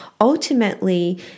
ultimately